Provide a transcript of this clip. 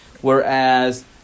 Whereas